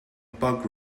bug